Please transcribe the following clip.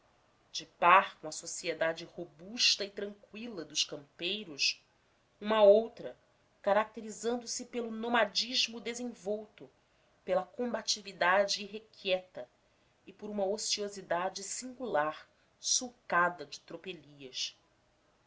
de par com a sociedade robusta e tranqüila dos campeiros uma outra caracterizando se pelo nomadismo desenvolto pela combatividade irrequieta e por uma ociosidade singular sulcada de tropelias